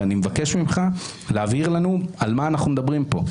ואני מבקש ממך להבהיר לנו על מה אנחנו מדברים פה,